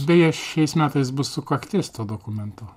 beje šiais metais bus sukaktis to dokumento